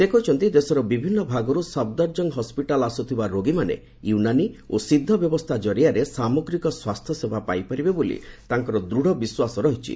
ସେ କହିଛନ୍ତି ଦେଶର ବିଭିନ୍ନ ଭାଗରୁ ସଫଦର୍ଜଙ୍ଗ ହସ୍ୱିଟାଲ୍ ଆସ୍ରଥିବା ରୋଗୀମାନେ ୟୁନାନି ଓ ସିଦ୍ଧ ବ୍ୟବସ୍ଥା କାରିଆରେ ସାମଗ୍ରୀକ ସ୍ୱାସ୍ଥ୍ୟସେବା ପାଇପାରିବେ ବୋଲି ତାଙ୍କର ଦୂଢ଼ ବିଶ୍ୱାସ ରହିଛି